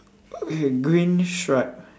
okay green stripe